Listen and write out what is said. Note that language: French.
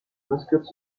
mascotte